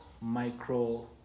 micro